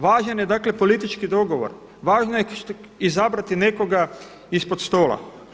Važan je dakle politički dogovor, važno je izabrati nekoga ispod stola.